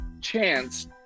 chance